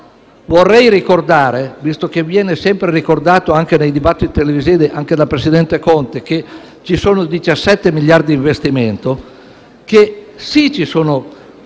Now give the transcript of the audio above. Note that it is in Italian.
Vorrei ricordare - visto che viene sempre ricordato anche nei dibattiti televisivi, anche dal presidente Conte, che ci sono 17 miliardi di euro investimenti - che ci sono